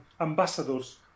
ambassadors